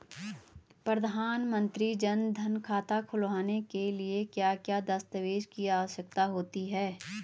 प्रधानमंत्री जन धन खाता खोलने के लिए क्या क्या दस्तावेज़ की आवश्यकता होती है?